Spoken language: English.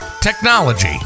technology